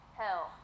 hell